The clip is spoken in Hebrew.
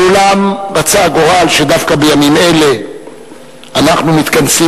אולם רצה הגורל שדווקא בימים אלה אנחנו מתכנסים